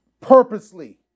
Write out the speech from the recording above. Purposely